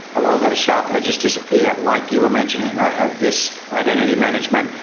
a lot of those sharp edges disappear. like you were mentioning, i have this identity management.